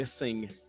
missing